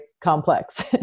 complex